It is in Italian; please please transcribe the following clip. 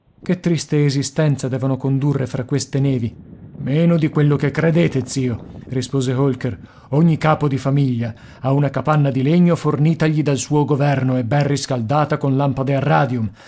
vita che triste esistenza devono condurre fra queste nevi meno di quello che credete zio rispose holker ogni capo di famiglia ha una capanna di legno fornitagli dal suo governo e ben riscaldata con lampade a radium